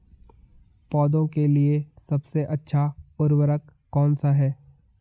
पौधों के लिए सबसे अच्छा उर्वरक कौन सा है?